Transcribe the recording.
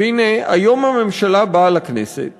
והנה היום הממשלה באה לכנסת